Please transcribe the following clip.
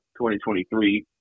2023